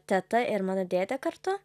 teta ir mano dėdė kartu